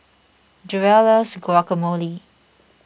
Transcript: Durell loves Guacamole